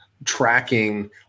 Tracking